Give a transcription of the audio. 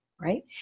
Right